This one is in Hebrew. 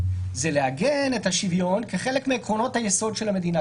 זה לעגן את השוויון כחלק מעקרונות היסוד של המדינה,